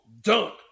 dunk